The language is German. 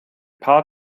paar